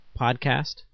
podcast